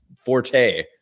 forte